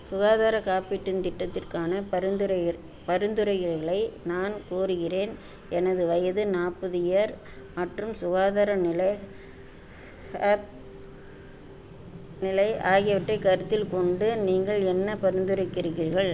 சுகாதாரக் காப்பீட்டின் திட்டத்திற்கான பரிந்துரைகள் பரிந்துரைகளை நான் கோருகிறேன் எனது வயது நாற்பது இயர் மற்றும் சுகாதார நிலை அப் நிலை ஆகியவற்றைக் கருத்தில் கொண்டு நீங்கள் என்ன பரிந்துரைக்கிறீர்கள்